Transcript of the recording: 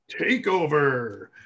Takeover